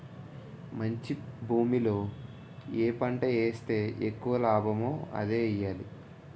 మంచి భూమిలో ఏ పంట ఏస్తే ఎక్కువ లాభమో అదే ఎయ్యాలి